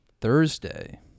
Thursday